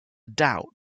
doubt